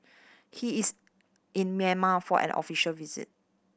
he is in Myanmar for an official visit